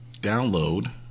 download